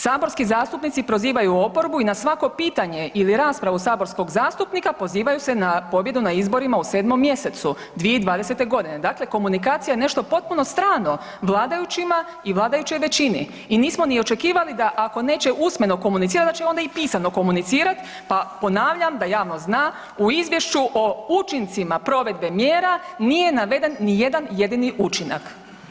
Saborski zastupnici prozivaju oporbu i na svako pitanje ili raspravu saborskog zastupnika pozivaju se na pobjedu na izborima u 7.mjesecu 2020.g. dakle, komunikacija je nešto potpuno strano vladajućima i vladajućoj većini i nismo ni očekivali da ako neće usmeno komunicirat da će onda i pisano komunicirat pa ponavljam da javnost zna o Izvješću o učincima provedbe mjera nije naveden ni jedan jedini učinak.